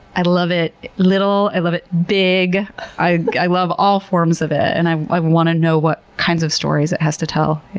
i love it little. i love it big. i i love all forms of it, and i i want to know what kinds of stories it has to tell.